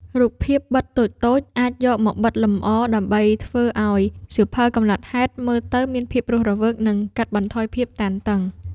រូបភាពបិតតូចៗ អាចយកមកបិទលម្អដើម្បីធ្វើឱ្យសៀវភៅកំណត់ហេតុមើលទៅមានភាពរស់រវើក និងកាត់បន្ថយភាពតានតឹង។